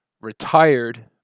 retired